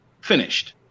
finished